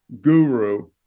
guru